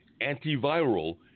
antiviral